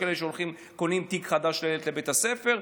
יש כאלה שקונים תיק חדש לילד לבית הספר.